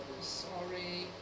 sorry